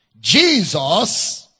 Jesus